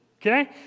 Okay